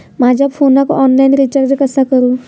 माझ्या फोनाक online recharge कसा करू?